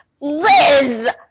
Liz